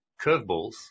curveballs